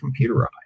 computerized